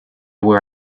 were